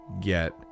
get